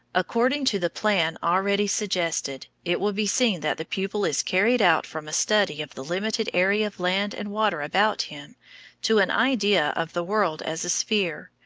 according to the plan already suggested, it will be seen that the pupil is carried out from a study of the limited area of land and water about him to an idea of the world as a sphere,